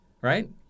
right